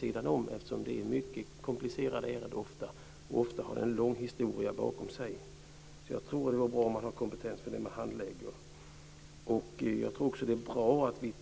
Det handlar ofta om mycket komplicerade ärenden med långa historier som ligger bakom. Det är bra med kompetens för de ärenden som ska handläggas. Det är också bra att vi